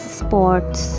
sports